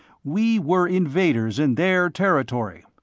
we were invaders in their territory.